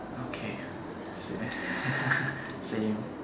okay same same